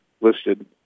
listed